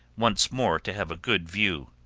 once more to have a good view.